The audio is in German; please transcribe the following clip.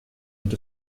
und